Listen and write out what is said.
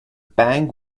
bank